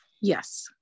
Yes